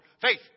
faith